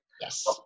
Yes